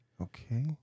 Okay